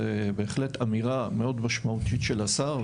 זו בהחלט אמירה מאוד משמעותית של השר,